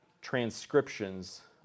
transcriptions